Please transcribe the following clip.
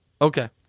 Okay